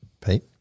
Pete